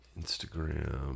Instagram